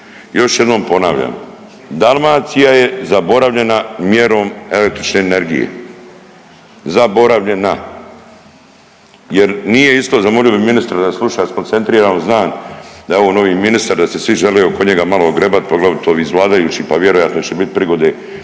Još jednom ponavljam, Dalmacija je zaboravljena mjerom električne energije, zaboravljena jer nije isto zamolio bih ministra da sluša skoncentrirano znam da je on novi ministar da se svi žele oko njega malo ogrebat, poglavito ovi iz vladajući pa vjerojatno će bit prigode